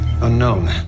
Unknown